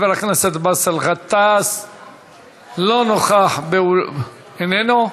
חבר הכנסת באסל גטאס, לא נוכח באולם, איננו.